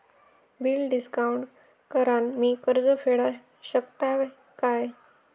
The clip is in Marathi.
बिल डिस्काउंट करान मी कर्ज फेडा शकताय काय?